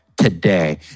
today